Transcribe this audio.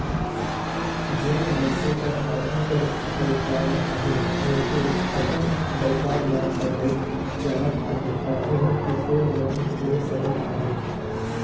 जेन मइनसे कर आघु कर बयपार अहे अउ ओ अपन बयपार ल बढ़ाएक चाहत अहे ता ओहर किसोर लोन ले सकत अहे